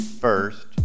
First